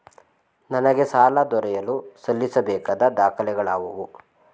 ನನಗೆ ಸಾಲ ದೊರೆಯಲು ಸಲ್ಲಿಸಬೇಕಾದ ದಾಖಲೆಗಳಾವವು?